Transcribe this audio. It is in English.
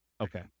Okay